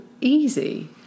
easy